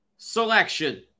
Selection